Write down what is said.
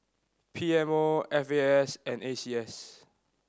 P M O F A S and A C S